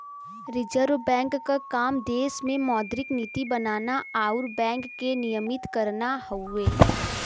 reserve bank क काम देश में मौद्रिक नीति बनाना आउर बैंक के नियमित करना हउवे